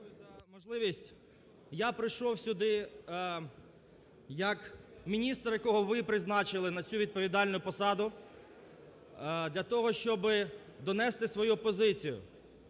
Дякую за можливість. Я прийшов сюди як міністр, якого ви призначили на цю відповідальну посаду для того, щоб донести свою позицію